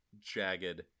jagged